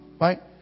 Right